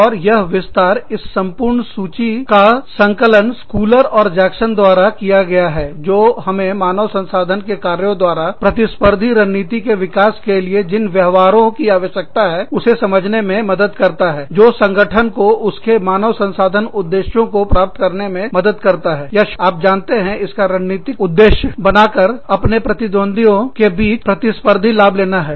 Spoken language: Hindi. और इस संपूर्ण व्यवहार की सूची का यह विस्तार का संकलन स्कूलर और जैक्सन द्वारा किया गया है जो मानव संसाधन के कार्यों द्वारा प्रतिस्पर्धी रणनीति के विकास के किए नवाबों की आवश्यकता है उसे समझने में मदद करता है या क्षमा करें आप जानते रणनीतिक लक्ष्य बनाकरअपने प्रतिद्वंद्वियों के बीच प्रतिस्पर्धी लाभ ले रहा है